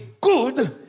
good